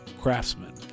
craftsman